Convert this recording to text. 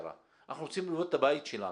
אנחנו רוצים לבנות את הבית שלנו.